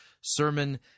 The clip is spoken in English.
sermon